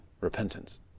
repentance